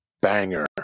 banger